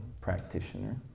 practitioner